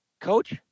Coach